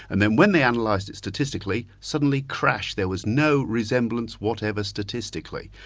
and then when they analysed it statistically, suddenly crash, there was no resemblance whatever statistically.